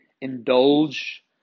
indulge